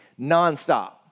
nonstop